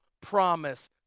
promise